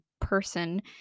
person